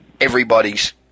everybody's